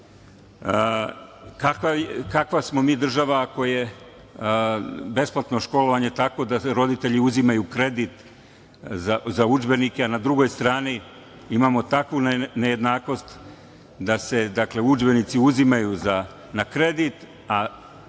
smo mi država ako je besplatno školovanje takvo da roditelji uzimaju za udžbenike, a na drugoj strani imamo takvu nejednakost da se udžbenici uzimaju na kredit,